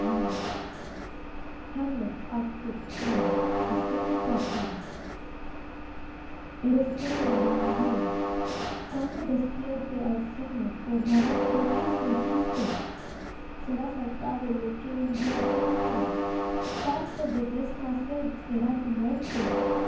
iv eres sueño de un dios cuando despierte al seno tornarás de que surgiste serás al cabo lo que un día fuiste parto de desnacer será tu muerte